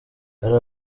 ahari